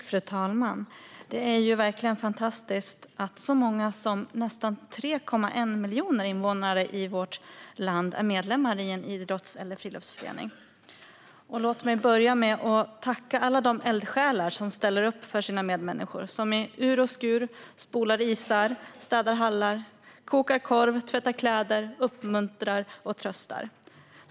Fru talman! Det är ju verkligen fantastiskt att så många som nästan 3,1 miljoner invånare i vårt land är medlemmar i en idrotts eller friluftsförening. Låt mig börja med att tacka alla de eldsjälar som ställer upp för sina medmänniskor, som i ur och skur spolar isar, städar hallar, kokar korv, tvättar kläder, uppmuntrar och tröstar.